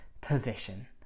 position